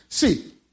See